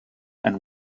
and